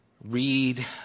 read